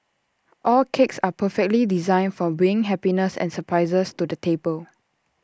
all cakes are perfectly designed for bring happiness and surprises to the table